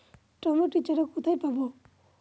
Tomato চারা কোথায় পাবো?